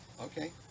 Okay